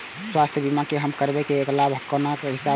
स्वास्थ्य बीमा जे हम करेब ऐकर लाभ हमरा कोन हिसाब से भेटतै?